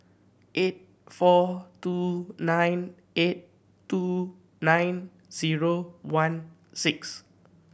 eight four two nine eight two nine zero one six